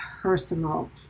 personal